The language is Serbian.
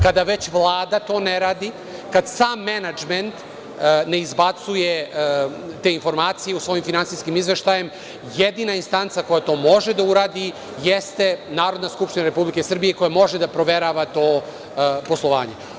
Kada već Vlada to ne radi, kad sam menadžment ne izbacuje te informacije u svojim finansijskim izveštajima, jedina instanca koja to može da uradi jeste Narodna skupština Republike Srbije, koja može da proverava to poslovanje.